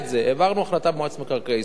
העברנו החלטה במועצת מקרקעי ישראל,